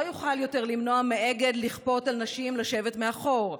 בג"ץ לא יוכל יותר למנוע מאגד לכפות על נשים לשבת מאחור,